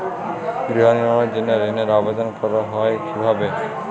গৃহ নির্মাণের জন্য ঋণের আবেদন করা হয় কিভাবে?